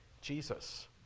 Jesus